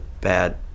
bad